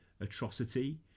atrocity